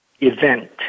event